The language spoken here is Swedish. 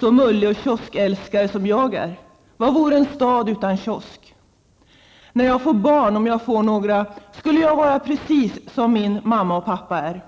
Så mullig och kioskälskare som jag är. Vad vore en stad utan kiosk? När jag får barn, om jag får några, skulle jag vara precis som min mamma och pappa är.